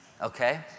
okay